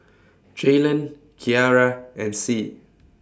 Jaylen Kyara and Sie